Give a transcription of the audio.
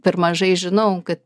per mažai žinau kad